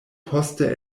poste